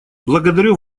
благодарю